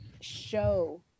show